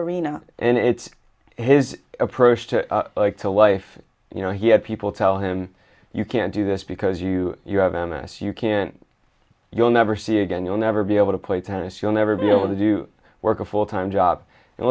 arena and it's his approach to life you know he had people tell him you can't do this because you you have m s you can't you'll never see again you'll never be able to play tennis you'll never be able to do work a full time job and